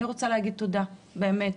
אני רוצה להגיד תודה, באמת.